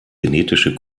genetische